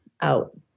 out